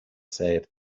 said